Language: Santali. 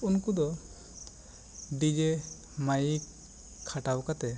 ᱩᱱᱠᱩ ᱫᱚ ᱰᱤᱡᱮ ᱢᱟᱭᱤᱠ ᱠᱷᱟᱴᱟᱣ ᱠᱟᱛᱮᱜ